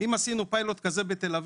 אם עשינו בתל אביב פיילוט כזה בעשרות,